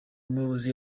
uyoboye